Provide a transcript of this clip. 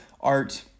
art